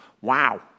Wow